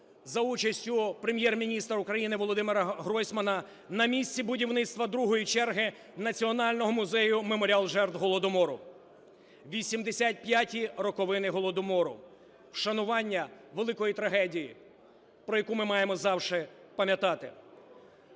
за участю Прем’єр-міністра України Володимира Гройсмана на місці будівництва другої черги Національного музею "Меморіал жертв Голодомору". 85-і роковини Голодомору - вшанування великої трагедії, про яку ми маємо завжди пам'ятати.